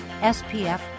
SPF